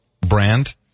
Brand